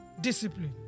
discipline